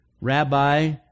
rabbi